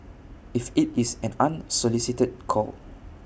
if IT is an unsolicited call